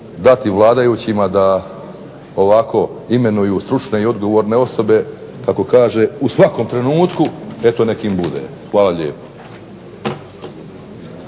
dati vladajućima da ovako imenuju stručne i odgovorne osobe kako kaže u svakom trenutku, eto nek im bude. Hvala lijepo.